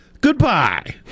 Goodbye